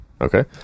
Okay